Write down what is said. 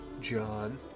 John